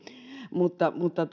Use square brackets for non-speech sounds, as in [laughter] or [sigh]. mutta mutta [unintelligible]